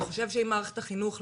אתה חושב שאם מערכת החינוך,